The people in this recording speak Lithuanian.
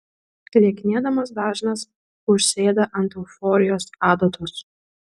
lieknėdamas dažnas užsėda ant euforijos adatos